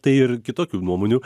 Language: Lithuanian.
tai ir kitokių nuomonių